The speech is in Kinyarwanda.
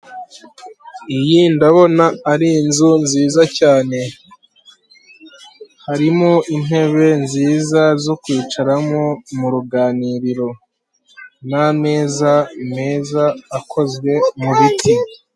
Iyi ndabona ari inzu nziza cyane, harimo intebe nziza zo kwicaramo muruganiriro n'ameza meza akozwe mu biti.